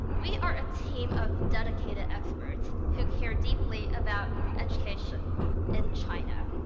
we are a team of dedicated experts who care deeply about education in china.